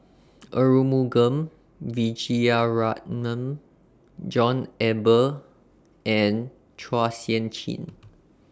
Arumugam Vijiaratnam John Eber and Chua Sian Chin